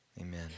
Amen